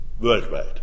worldwide